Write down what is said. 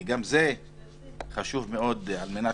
כי גם זה חשוב מאוד על מנת